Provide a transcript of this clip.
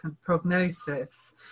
prognosis